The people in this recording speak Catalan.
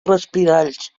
respiralls